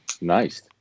Nice